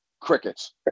crickets